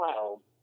Wow